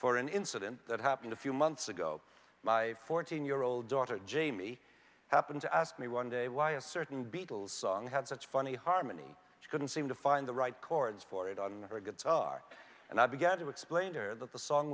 for an incident that happened a few months ago my fourteen year old daughter jamie happened to ask me one day why a certain beatles song had such funny harmony she couldn't seem to find the right chords for it on her guitar and i began to explain to her that the song